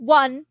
one